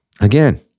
Again